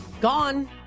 Gone